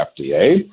fda